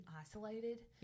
isolated